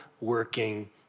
working